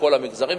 לכל המגזרים,